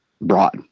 brought